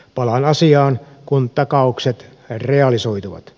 palaan asiaan kun takaukset realisoituvat